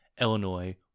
Illinois